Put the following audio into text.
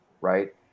Right